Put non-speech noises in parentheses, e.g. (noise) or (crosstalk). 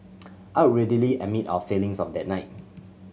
(noise) I would readily admit our failings of that night